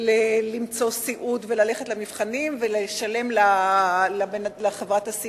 למצוא סיעוד וללכת למבחנים ולשלם למטפל,